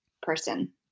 person